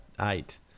eight